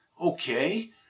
Okay